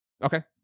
Okay